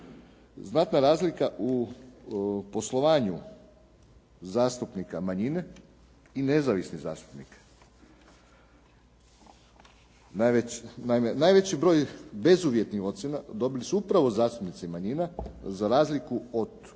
znatna razlika u poslovanju zastupnika manjine i nezavisnih zastupnika. Naime, najveći broj bezuvjetnih ocjena dobili su upravo zastupnici manjina za razliku od